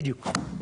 בדיוק.